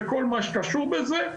וכל מה שקשור בזה,